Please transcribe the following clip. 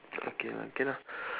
okay lah can lah